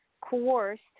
coerced